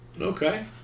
Okay